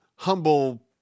Humble